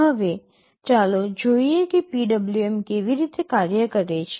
હવે ચાલો જોઈએ કે PWM કેવી રીતે કાર્ય કરે છે